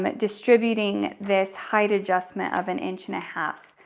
but distributing this height adjustment of an inch and a half.